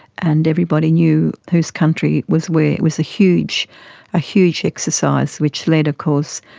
and everybody knew whose country was where. it was a huge ah huge exercise which led, of course,